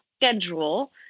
schedule